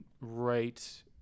right